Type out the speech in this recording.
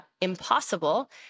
impossible